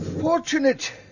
Fortunate